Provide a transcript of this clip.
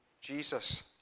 Jesus